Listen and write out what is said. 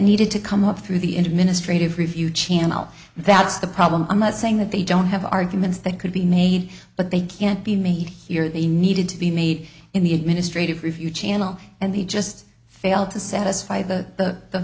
needed to come up through the in a ministry of review channel that's the problem i'm not saying that they don't have arguments that could be made but they can't be made here they needed to be made in the administrative review channel and they just fail to satisfy the